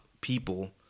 people